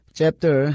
chapter